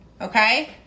Okay